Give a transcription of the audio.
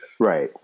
Right